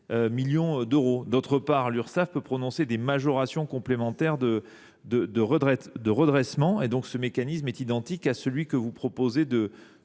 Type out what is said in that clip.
millions d’euros. Par ailleurs, l’Urssaf peut prononcer des majorations complémentaires de redressement, selon un mécanisme identique à celui que vous proposez.